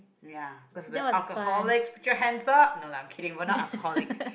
ya cause we're alcoholics put your hands up no lah I'm kidding we are not alcoholics